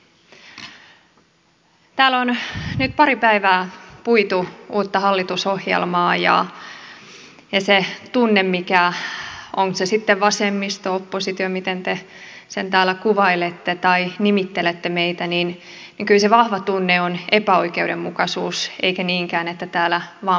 täällä on nyt pari päivää puitu uutta hallitusohjelmaa ja se tunne onko se sitten vasemmisto oppositio miten te sen täällä kuvailette tai miten nimittelette meitä kyllä se vahva tunne on epäoikeudenmukaisuus eikä niinkään se että täällä vain valitellaan